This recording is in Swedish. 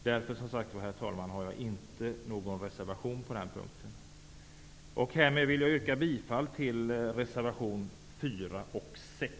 Därför, herr talman, har jag inte någon reservation på den här punkten. Härmed vill jag yrka bifall till reservation 4 och 6